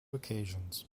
occasions